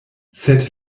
sed